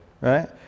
Right